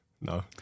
No